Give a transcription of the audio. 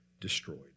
destroyed